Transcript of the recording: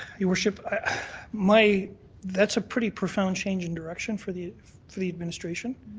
your worship, my that's a pretty profound change in direction for the for the administration.